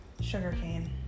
Sugarcane